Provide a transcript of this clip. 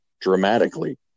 dramatically